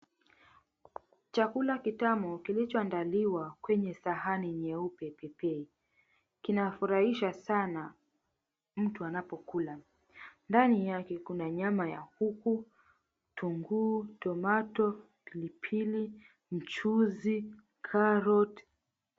Chakula kitamu kilichoandaliwa kwenye sahani nyeupe pepe kinafurahisha sana mtu anapokula ndani yake kuna nyama ya kuku, kitunguu, tomato, pilipili, mchuzi, carrot .